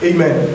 Amen